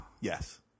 Yes